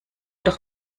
doch